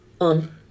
On